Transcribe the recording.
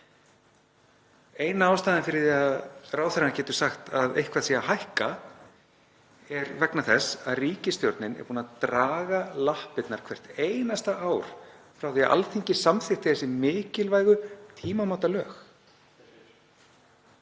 Eina ástæðan fyrir því að ráðherra getur sagt að eitthvað sé að hækka er sú að ríkisstjórnin er búin að draga lappirnar hvert einasta ár frá því að Alþingi samþykkti þessi mikilvægu tímamótalög.